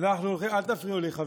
חברים, אל תפריעו לי.